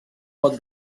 got